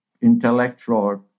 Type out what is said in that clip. intellectual